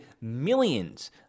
millions